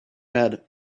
add